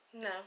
No